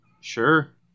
Sure